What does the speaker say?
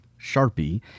Sharpie